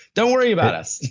don't worry about us.